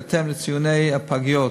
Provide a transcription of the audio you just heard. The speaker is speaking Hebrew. בהתאם לציוני הפגיות.